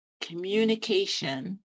communication